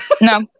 no